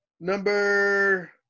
Number